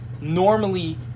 normally